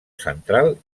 central